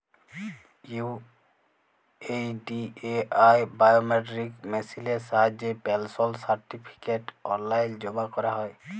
UIDAI biometric মেসিলের সাহায্যে pension certificate অললাইল জমা ক্যরা যায়